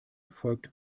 folgt